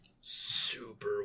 super